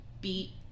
beat